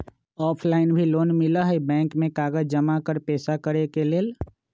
Offline भी loan मिलहई bank में कागज जमाकर पेशा करेके लेल?